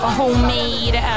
homemade